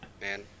Man